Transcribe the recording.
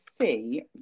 see